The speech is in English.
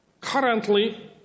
Currently